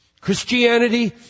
Christianity